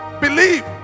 Believe